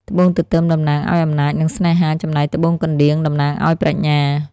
ត្បូងទទឹមតំណាងឱ្យអំណាច និងស្នេហា ចំណែកត្បូងកណ្ដៀងតំណាងឱ្យប្រាជ្ញា។